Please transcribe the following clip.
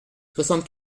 soixante